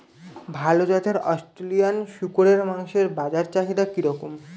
ভাল জাতের অস্ট্রেলিয়ান শূকরের মাংসের বাজার চাহিদা কি রকম?